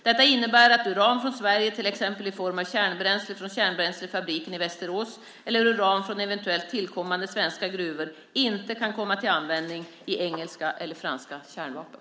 Detta innebär att uran från Sverige, till exempel i form av kärnbränsle från kärnbränslefabriken i Västerås eller uran från eventuellt tillkommande svenska gruvor, inte kan komma till användning i engelska eller franska kärnvapen.